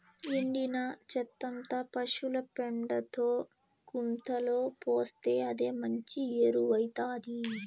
ఎండిన చెత్తంతా పశుల పెండతో గుంతలో పోస్తే అదే మంచి ఎరువౌతాది